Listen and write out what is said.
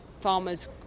farmers